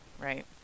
right